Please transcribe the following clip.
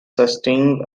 sustained